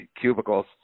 cubicles